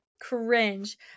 cringe